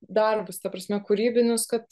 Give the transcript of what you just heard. darbus ta prasme kūrybinius kad